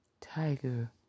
Tiger